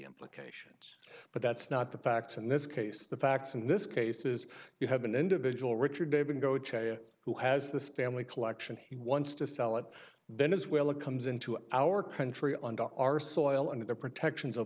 implications but that's not the facts in this case the facts in this case is you have an individual richard durbin go who has this family collection he wants to sell it venezuela comes into our country on our soil under the protections of